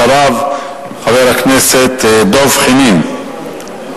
אחריו, חבר הכנסת דב חנין,